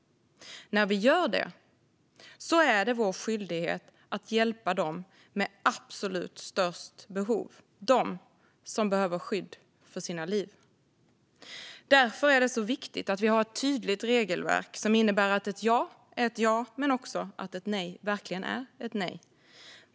När vi gör det är det vår skyldighet att hjälpa dem med absolut störst behov, alltså de som behöver skydd för sina liv. Därför är det viktigt att vi har ett tydligt regelverk som innebär att ett ja är ett ja men också att ett nej verkligen är ett nej.